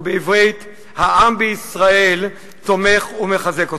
ובעברית: העם בישראל תומך ומחזק אתכם.